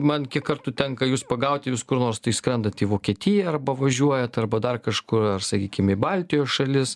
man kiek kartų tenka jus pagaut kur nors tai skrendat į vokietiją arba važiuojat arba dar kažkur ar sakykime į baltijos šalis